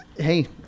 Hey